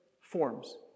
forms